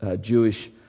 Jewish